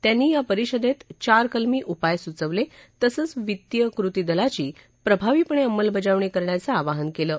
त्यांनी या परिषदेत चार कलमी उपाय सुचवले आहे तसंच वित्तीय कृती दलाची प्रभावीपणे अंमलबजावणी करण्याचं आवाहन केलं आहे